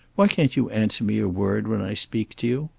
why can't you answer me a word when i speak to you?